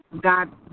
God